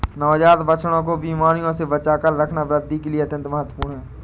नवजात बछड़ों को बीमारियों से बचाकर रखना वृद्धि के लिए अत्यंत महत्वपूर्ण है